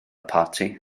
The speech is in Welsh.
parti